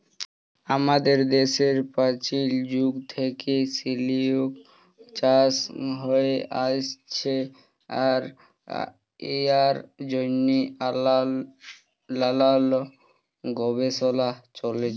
আমাদের দ্যাশে পাচীল যুগ থ্যাইকে সিলিক চাষ হ্যঁয়ে আইসছে আর ইয়ার জ্যনহে লালাল গবেষলা চ্যলে